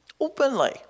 openly